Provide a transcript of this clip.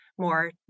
more